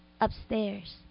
upstairs